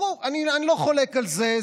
ברור, אני לא חולק על זה.